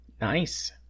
Nice